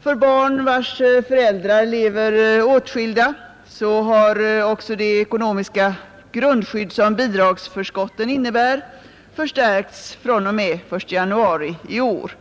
För barn, vilkas föräldrar lever åtskilda, har också det ekonomiska grundskydd som bidragsförskotten innebär förstärkts fr.o.m. den 1 januari i år.